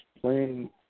playing